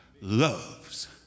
loves